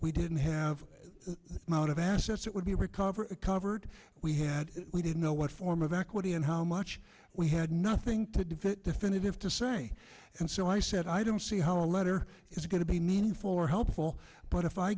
we didn't have the amount of assets that would be recovered covered we had we didn't know what form of equity and how much we had nothing to do that definitive to say and so i said i don't see how a letter is going to be meaningful or helpful but if i